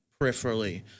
peripherally